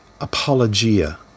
apologia